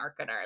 marketer